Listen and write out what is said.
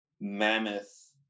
mammoth